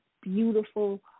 beautiful